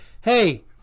hey